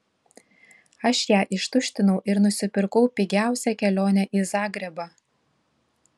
aš ją ištuštinau ir nusipirkau pigiausią kelionę į zagrebą